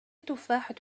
تفاحة